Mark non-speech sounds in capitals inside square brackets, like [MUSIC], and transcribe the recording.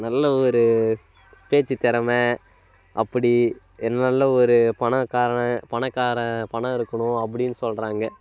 நல்ல ஒரு பேச்சு திறமை அப்படி [UNINTELLIGIBLE] நல்ல ஒரு பணக்காரனா பணக்காரன் பணம் இருக்கணும் அப்படின்னு சொல்கிறாங்க